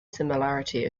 similarity